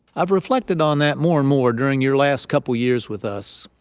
i've reflected on that more and more during your last couple years with us.